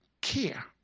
care